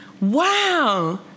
Wow